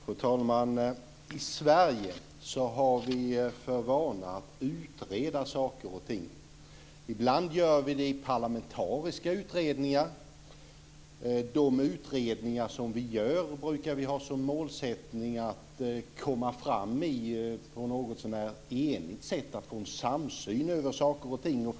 Fru talman! I Sverige har vi för vana att utreda saker och ting. Ibland gör vi det i parlamentariska utredningar. Vi brukar ha som målsättning att komma fram i de utredningar som vi gör på ett någotsånär enigt sätt. Vi vill få en samsyn på saker och ting.